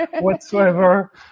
whatsoever